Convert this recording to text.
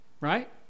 right